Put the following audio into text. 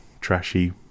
trashy